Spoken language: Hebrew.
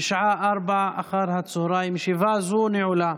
בשעה 16:00. ישיבה זו נעולה.